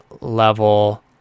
level